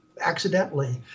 accidentally